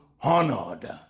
honored